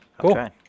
Cool